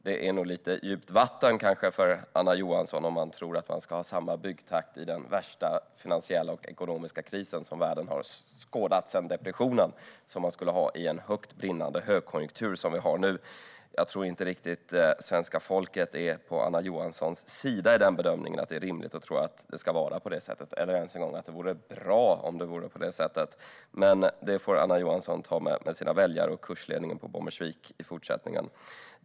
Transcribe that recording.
Det är nog lite djupt vatten för Anna Johansson att ge sig ut på att tro att man ska ha samma byggtakt i den värsta finansiella och ekonomiska kris som världen har skådat sedan depressionen som i en högt brinnande högkonjunktur som den vi har nu. Jag tror inte att svenska folket är riktigt på Anna Johanssons sida i bedömningen att det är rimligt att tro att det ska vara på det sättet eller ens att det vore bra om det vore på det sättet. Men det får Anna Johansson ta med sina väljare och kursledningen på Bommersvik i fortsättningen.